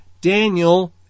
Daniel